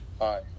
Hi